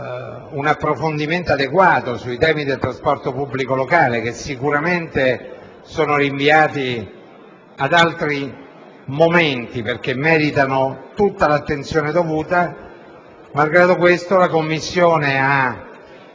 un approfondimento adeguato sui temi del trasporto pubblico locale, che sicuramente sono rinviati ad altri momenti, perché meritano tutta l'attenzione dovuta. Malgrado questo, in occasione di